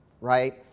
right